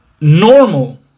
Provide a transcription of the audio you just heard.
normal